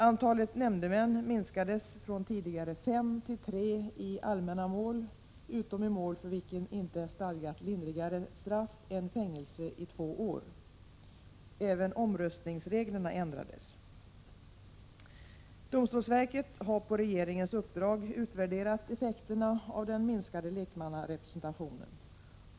Antalet nämndemän minskades från tidigare fem till tre i allmänna mål utom i mål för vilket inte är stadgat lindrigare straff än fängelse i två år. Även omröstningsreglerna ändrades. Domstolsverket har på regeringens uppdrag utvärderat effekterna av den minskade lekmannarepresentationen.